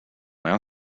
now